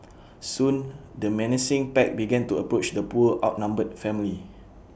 soon the menacing pack began to approach the poor outnumbered family